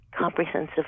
Comprehensive